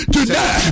Today